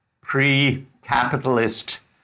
pre-capitalist